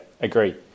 agree